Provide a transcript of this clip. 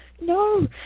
no